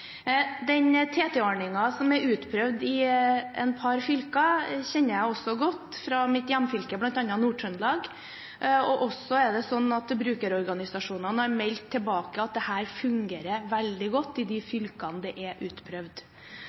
Den TT-ordningen som er utprøvd i et par fylker, kjenner jeg godt fra bl.a. mitt hjemfylke, Nord-Trøndelag. Brukerorganisasjonene har også meldt tilbake om at dette fungerer veldig godt i de fylkene hvor den er utprøvd.